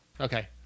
Okay